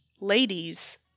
ladies